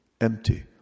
Empty